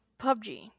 PUBG